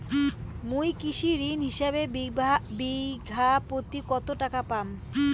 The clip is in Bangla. মুই কৃষি ঋণ হিসাবে বিঘা প্রতি কতো টাকা পাম?